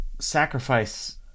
sacrifice